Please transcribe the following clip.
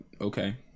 okay